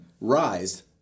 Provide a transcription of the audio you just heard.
rise